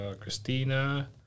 Christina